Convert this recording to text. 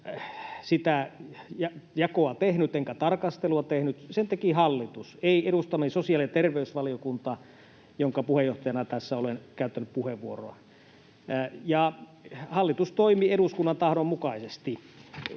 sitä jakoa tehnyt enkä tarkastelua tehnyt, sen teki hallitus, ei edustamani sosiaali- ja terveysvaliokunta, jonka puheenjohtajana tässä olen käyttänyt puheenvuoroa. Hallitus toimi eduskunnan tahdon mukaisesti.